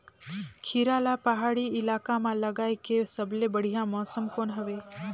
खीरा ला पहाड़ी इलाका मां लगाय के सबले बढ़िया मौसम कोन हवे?